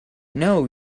know